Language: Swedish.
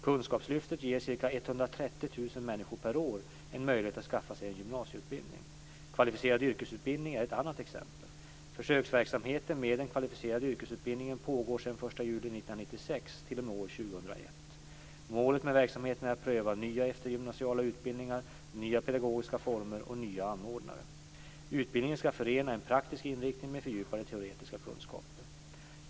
Kunskapslyftet ger ca 130 000 människor per år en möjlighet att skaffa sig en gymnasieutbildning. Kvalificerad yrkesutbildning är ett annat exempel. Försöksverksamheten med den kvalificerade yrkesutbildningen pågår sedan den 1 juli 1996 t.o.m. år 2001. Målet med verksamheten är att pröva nya eftergymnasiala utbildningar, nya pedagogiska former och nya anordnare. Utbildningen skall förena en praktisk inriktning med fördjupade teoretiska kunskaper.